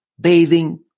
bathing